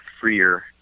freer